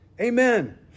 Amen